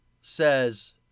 says